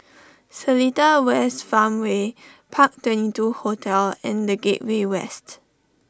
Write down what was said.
Seletar West Farmway Park Twenty two Hotel and the Gateway West